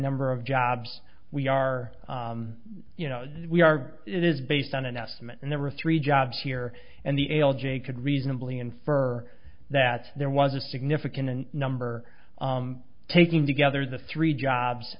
number of jobs we are you know we are it is based on an estimate and there were three jobs here and the a l j could reasonably infer that there was a significant number taking together the three jobs